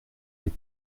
les